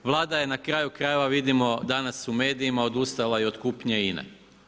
Vlada je na kraju krajeva vidimo danas u medijima odustala i od kupnje INA-e.